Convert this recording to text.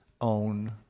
own